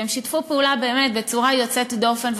והם שיתפו פעולה באמת בצורה יוצאת דופן,